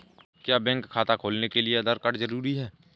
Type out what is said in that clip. क्या बैंक खाता खोलने के लिए आधार कार्ड जरूरी है?